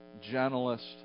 gentlest